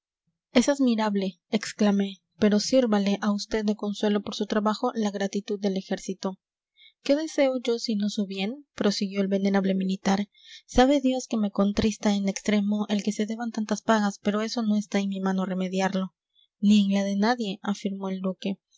es admirable exclamé pero sírvale a vd de consuelo por su trabajo la gratitud del ejército qué deseo yo sino su bien prosiguió el venerable militar sabe dios que me contrista en extremo el que se deban tantas pagas pero eso no está en mi mano remediarlo ni en la de nadie afirmó el duque